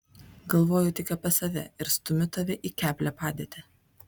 galvoju tik apie save ir stumiu tave į keblią padėtį